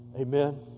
Amen